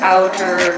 outer